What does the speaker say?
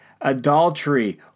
adultery